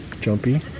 Jumpy